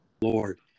Lord